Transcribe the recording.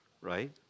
right